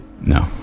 no